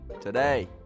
today